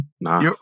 Nah